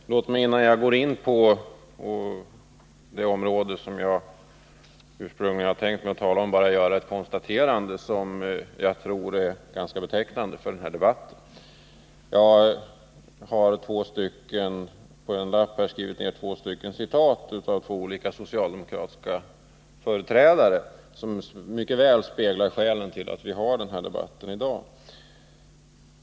Fru talman! Låt mig, innan jag går in på det område som jag ursprungligen Torsdagen den tänkt tala om, göra ett par konstateranden beträffande uttalanden som jag " 5 juni 1980 tror är ganska beteckriande för den här debatten. Jag har på en lapp skrivit ned två citat av vad två olika socialdemokratiska företrädare har sagt här i debatten och som mycket väl speglar skälen till att vi har denna debatt i dag.